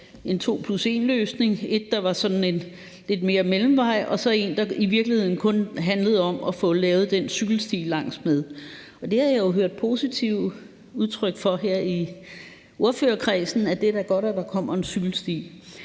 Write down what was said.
en to plus en-løsning, et, som var lidt mere en mellemvej, og et, som i virkeligheden kun handlede om at få lavet den cykelsti langs med vejen. Det har jeg jo hørt positive udtryk for her i ordførerkredsen, altså at det er godt, at der kommer en cykelsti.